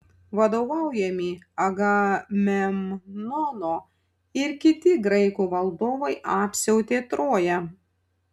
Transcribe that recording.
vadovaujami agamemnono ir kiti graikų valdovai apsiautė troją